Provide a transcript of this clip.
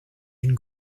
une